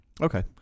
okay